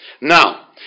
Now